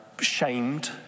shamed